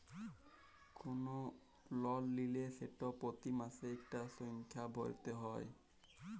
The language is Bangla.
কল লল লিলে সেট পতি মাসে ইকটা সংখ্যা ভ্যইরতে হ্যয়